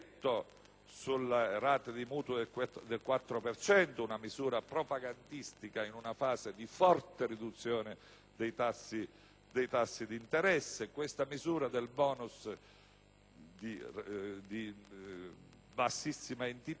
sulle rate dei mutui è una misura propagandistica in una fase di forte riduzione dei tassi di interesse. La misura del *bonus* è di bassissima entità,